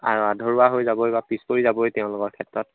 আৰু আধৰুৱা হৈ যাবই বা পিছপৰি যাবই তেওঁলোকৰ ক্ষেত্ৰত